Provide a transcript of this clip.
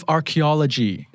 Archaeology